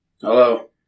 Hello